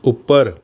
ਉੱਪਰ